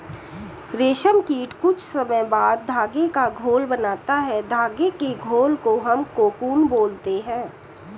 रेशम कीट कुछ समय बाद धागे का घोल बनाता है धागे के घोल को हम कोकून बोलते हैं